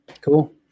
cool